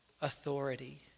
authority